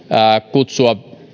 kutsua